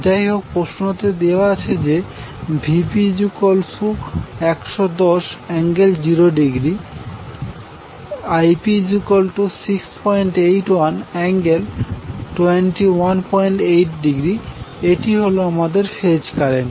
যাইহোক প্রশ্নতে দেওয়া আছে যে Vp110∠0°Ip681∠ 218°এটি হল আমাদের ফেজ কারেন্ট